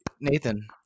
Nathan